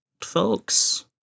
folks